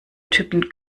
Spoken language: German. typen